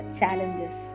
challenges